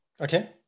Okay